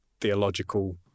theological